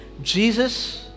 Jesus